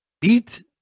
beat